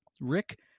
Rick